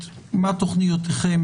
מה תכניותיכם,